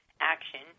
action